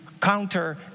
counter